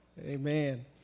Amen